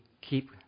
keep